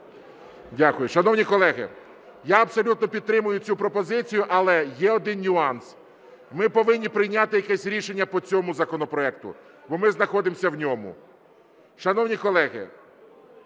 Дякую. Шановні колеги, я абсолютно підтримую цю пропозицію, але є один нюанс: ми повинні прийняти якесь рішення по цьому законопроекту, бо ми знаходимося в ньому. Шановні колеги,